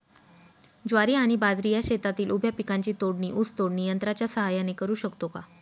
ज्वारी आणि बाजरी या शेतातील उभ्या पिकांची तोडणी ऊस तोडणी यंत्राच्या सहाय्याने करु शकतो का?